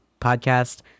podcast